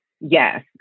yes